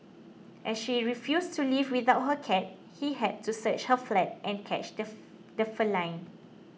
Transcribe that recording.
as she refused to leave without her cat he had to search her flat and catch the the feline